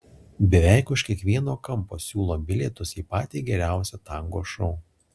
beveik už kiekvieno kampo siūlo bilietus į patį geriausią tango šou